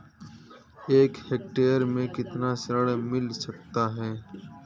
एक हेक्टेयर में कितना ऋण मिल सकता है?